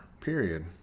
period